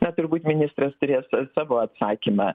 na turbūt ministras turės savo atsakymą